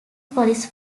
police